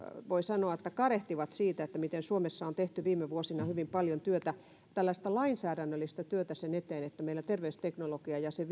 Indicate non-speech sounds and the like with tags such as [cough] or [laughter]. voi sanoa kadehtivat sitä miten suomessa on tehty viime vuosina hyvin paljon tällaista lainsäädännöllistä työtä sen eteen että meillä terveysteknologiaa ja sen [unintelligible]